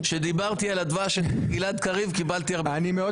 כשדיברתי על --- של גלעד קריב קיבלתי הרבה --- אני מאוד